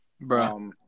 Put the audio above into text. Bro